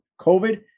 COVID